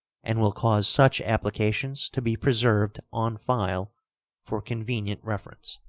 and will cause such applications to be preserved on file for convenient reference.